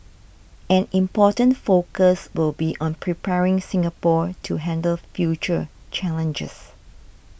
an important focus will be on preparing Singapore to handle future challenges